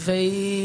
והיא